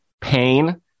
pain